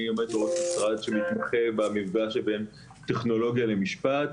אני עובד במשרד שמתמחה במה שבין טכנולוגיה למשפט.